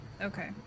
Okay